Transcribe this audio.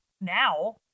now